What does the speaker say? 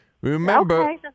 Remember